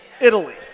Italy